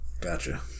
Gotcha